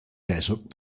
desert